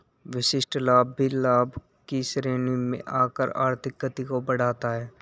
विशिष्ट लाभ भी लाभ की श्रेणी में आकर आर्थिक गति को बढ़ाता है